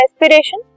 respiration